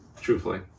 Truthfully